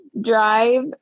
drive